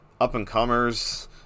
up-and-comers